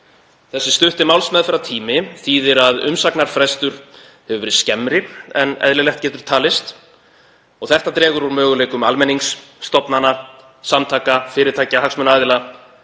Þessi stutti málsmeðferðartími þýðir að umsagnarfrestur hefur verið skemmri en eðlilegt getur talist. Það dregur úr möguleikum almennings, stofnana, samtaka, fyrirtækja og hagsmunaaðila